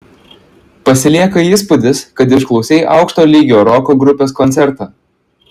pasilieka įspūdis kad išklausei aukšto lygio roko grupės koncertą